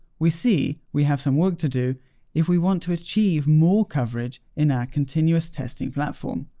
we see we have some work to do if we want to achieve more coverage in our continuous testing platform,